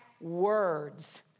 words